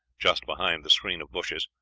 just behind the screen of bushes,